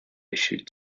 issued